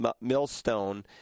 millstone